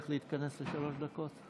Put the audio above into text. תצליח להתכנס לשלוש דקות?